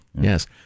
Yes